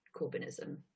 Corbynism